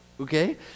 okay